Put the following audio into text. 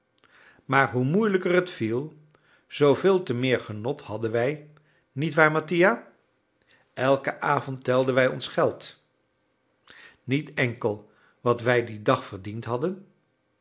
maar hoe moeilijker het viel zooveel te meer genot hadden wij niet waar mattia elken avond telden wij ons geld niet enkel wat wij dien dag verdiend hadden